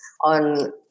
on